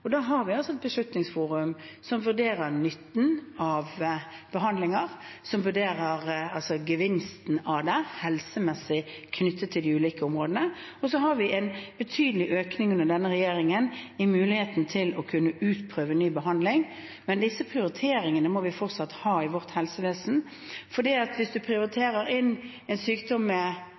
Da har vi altså et beslutningsforum som vurderer nytten av behandlinger, som vurderer den helsemessige gevinsten av det knyttet til de ulike områdene. Så har vi under denne regjeringen hatt en betydelig økning i muligheten til å kunne prøve ut ny behandling. Men disse prioriteringene må vi fortsatt ha i vårt helsevesen, for hvis man prioriterer en sykdom med